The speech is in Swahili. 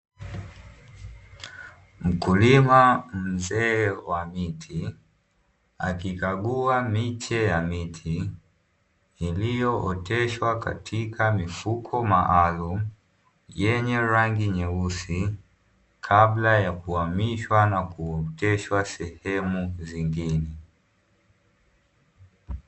Mkulima mzee wa miche akikagua miche ya miti iliyooteshwa katika mifuko maalumu, yenye rangi nyeusi kabla ya kuhamishwa na kuoteshwa sehemu zingine.